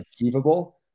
achievable